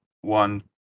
one